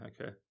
okay